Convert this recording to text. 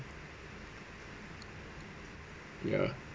ya